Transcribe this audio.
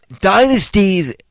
dynasties